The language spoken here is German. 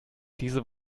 diese